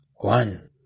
One